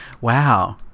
Wow